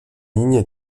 lignes